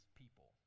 people